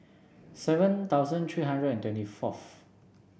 seven thousand three hundred and twenty fourth